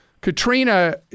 katrina